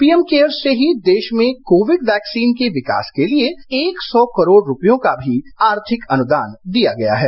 PM Cares से ही देश में कोविड वैक्सीन के विकास के लिए एक सौ करोड़ रूपयों का भी आर्थिक अनुदान दिया गया है